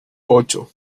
ocho